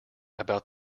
about